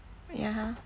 ya